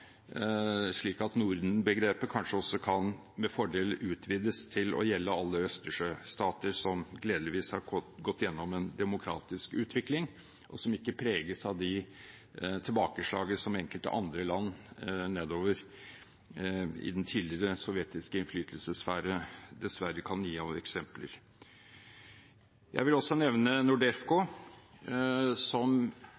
slik at Norden-begrepet kanskje også kan, med fordel, utvides til å gjelde alle Østersjø-stater som gledeligvis har gått gjennom en demokratisk utvikling, og som ikke preges av de tilbakeslagene som enkelte andre land nedover i den tidligere sovjetiske innflytelsessfære dessverre kan gi av eksempler. Jeg vil også nevne NORDEFCO,